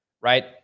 right